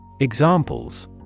Examples